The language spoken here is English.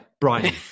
Brian